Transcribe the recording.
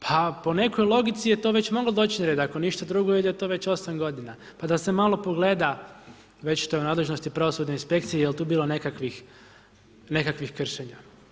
Pa po nekoj logici je to već moglo doći na red, ako ništa drugo jer je to već 8 godina pa da se malo pogleda već to je u nadležnosti pravosudne inspekcije je li tu bilo nekakvih kršenja.